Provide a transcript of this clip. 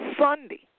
Sunday